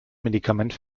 medikament